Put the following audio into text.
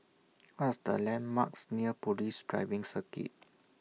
What Are The landmarks near Police Driving Circuit